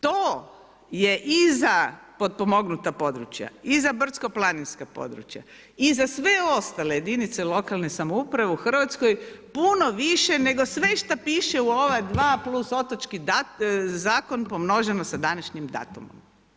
To je i za potpomognuta područja i za brdsko-planinska područja i za sve ostale jedinice lokalne samouprave u Hrvatskoj puno više nego sve što piše u ova dva, plus Otočki zakon pomnoženo sa današnjim datumom.